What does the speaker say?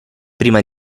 prima